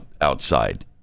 outside